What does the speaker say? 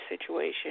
situation